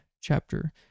chapter